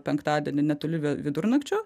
penktadienį netoli vi vidurnakčio